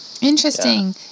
interesting